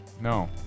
No